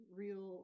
real